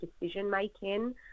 decision-making